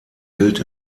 gilt